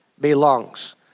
belongs